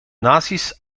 naties